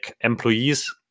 employees